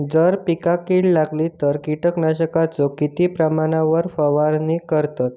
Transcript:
जर पिकांका कीड लागली तर कीटकनाशकाचो किती प्रमाणावर फवारणी करतत?